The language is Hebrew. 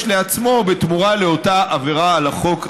לעצמו בתמורה לאותה עבירה על החוק,